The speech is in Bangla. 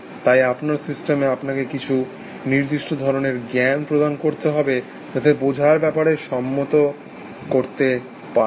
তাই আপনার সিস্টেমে আপনাকে কিছু নির্দিষ্ট ধরণের জ্ঞাণ প্রদান করতে হবে যাতে বোঝার ব্যাপারে সম্মত করতে পারেন